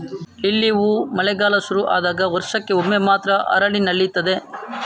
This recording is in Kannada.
ಲಿಲ್ಲಿ ಹೂ ಮಳೆಗಾಲ ಶುರು ಆದಾಗ ವರ್ಷಕ್ಕೆ ಒಮ್ಮೆ ಮಾತ್ರ ಅರಳಿ ನಲೀತದೆ